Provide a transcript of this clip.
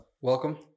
Welcome